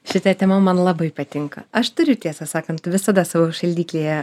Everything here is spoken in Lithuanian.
šita tema man labai patinka aš turiu tiesą sakant visada savo šaldiklyje